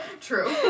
True